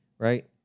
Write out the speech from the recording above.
right